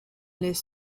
les